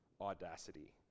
audacity